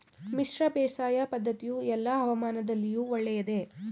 ಮಿಶ್ರ ಬೇಸಾಯ ಪದ್ದತಿಯು ಎಲ್ಲಾ ಹವಾಮಾನದಲ್ಲಿಯೂ ಒಳ್ಳೆಯದೇ?